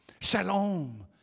Shalom